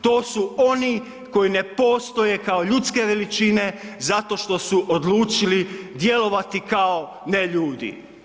To su oni koji ne postoje kao ljudske veličine zato što su odlučili djelovati kao neljudi.